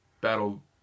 Battle